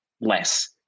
less